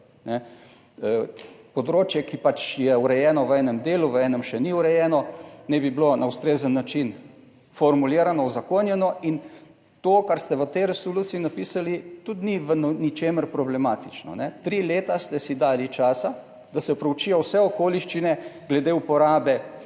Področje, ki pač je urejeno v enem delu, v enem še ni urejeno, naj bi bilo na ustrezen način formulirano, uzakonjeno in to, kar ste v tej resoluciji napisali, tudi ni v ničemer problematično. Tri leta ste si dali časa, da se proučijo vse okoliščine glede uporabe